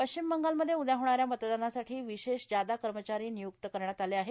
पश्चिम बंगालमध्ये उद्या होणाऱ्या मतदानासाठी विशेष ज्यादा कर्मचारी निय्क्त करण्यात आले आहेत